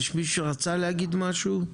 יש מישהו שרצה להגיד משהו?